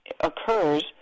occurs